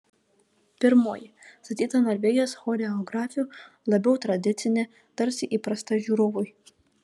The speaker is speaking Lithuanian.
pirmoji statyta norvegijos choreografių labiau tradicinė tarsi įprasta žiūrovui